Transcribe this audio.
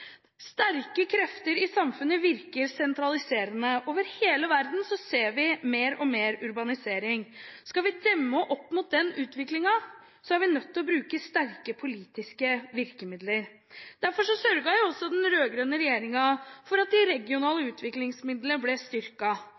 Sterke krefter i samfunnet virker sentraliserende. Over hele verden ser vi mer og mer urbanisering. Skal vi demme opp for denne utviklingen, er vi nødt til å bruke sterke politiske virkemidler. Derfor sørget den rød-grønne regjeringen for at de regionale utviklingsmidlene ble